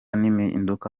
n’impinduka